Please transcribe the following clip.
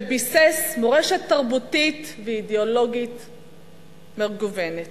שביסס מורשת תרבותית ואידיאולוגית מגוונת,